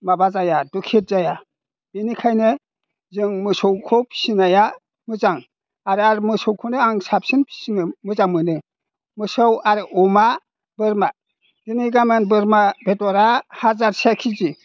माबा जाया दुखिद जाया बिनिखायनो जों मोसौखौ फिसिनाया मोजां आरो मोसौखौनो आं साबसिन फिसिनो मोजां मोनो मोसौ आरो अमा बोरमा दिनै गामोन बोरमा बेदरा हाजारसेया केजि